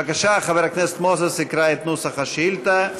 בבקשה, חבר הכנסת מוזס יקרא את נוסח השאילתה.